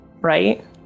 right